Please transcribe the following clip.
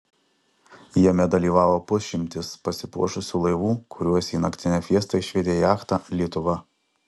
jame dalyvavo pusšimtis pasipuošusių laivų kuriuos į naktinę fiestą išvedė jachta lietuva